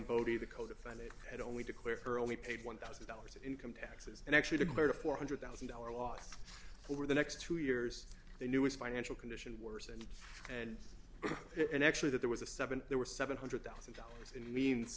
bodie the codefendant had only declared her only paid one thousand dollars in income taxes and actually declared a four hundred thousand dollars loss over the next two years they knew his financial condition worsened and then actually that there was a seven there were seven hundred thousand dollars in the means